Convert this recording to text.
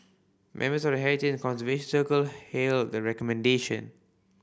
members of heritage and conservation circle hailed the recommendation